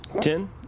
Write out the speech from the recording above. Ten